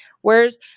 Whereas